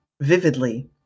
vividly